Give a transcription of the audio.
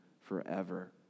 forever